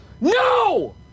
No